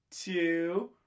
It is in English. two